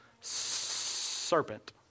serpent